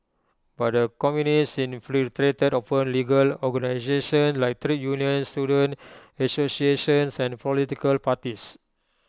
but the communists infiltrated open legal organisations like trade unions student associations and political parties